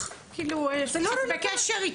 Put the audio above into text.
היו"ר מירב בן ארי (יו"ר ועדת ביטחון הפנים): את גם בקשר אתנו.